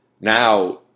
now